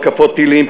התקפות טילים,